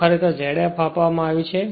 તો આ ખરેખર Z f આપવામાં આવ્યું છે